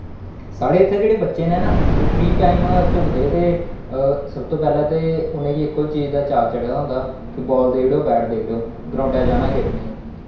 साढ़े इत्थें जेह्ड़े बच्चे न ना ओह् फ्री टाईम घूमदे ते सब तू पैह्लें ते उ'नेंगी इक्को चीज दा चाऽ चढ़े दा होंदा कि बॉल देई ओड़ो बैट देई ओड़ो ग्राउंडा च जाना खेढने ई